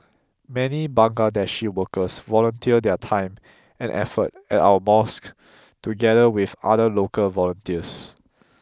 many Bangladeshi workers volunteer their time and effort at our mosques together with other local volunteers